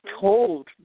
told